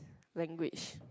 language